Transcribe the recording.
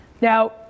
Now